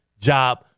job